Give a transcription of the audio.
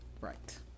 Right